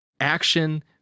action